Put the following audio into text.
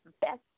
Best